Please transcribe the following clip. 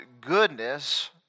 goodness